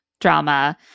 drama